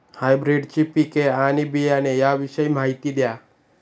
हायब्रिडची पिके आणि बियाणे याविषयी माहिती द्या